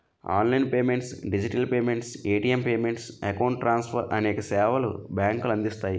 online payments digital payments, ATM payments, account transfer అనేక సేవలు బ్యాంకులు అందిస్తాయి